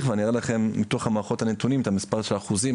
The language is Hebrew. ואני אראה לכם מתוך מערכות הנתונים את המספר של האחוזים,